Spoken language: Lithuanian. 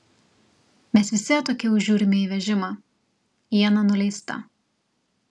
mes visi atokiau žiūrime į vežimą iena nuleista